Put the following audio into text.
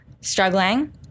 struggling